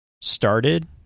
started